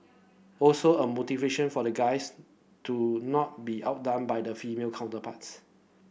also a motivation for the guys to not be outdone by the failure counterparts